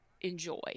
enjoy